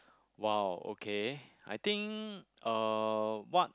!wow! okay I think uh what